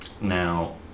now